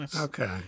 Okay